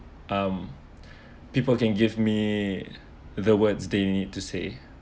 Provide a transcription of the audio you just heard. um people can give me the words they need to say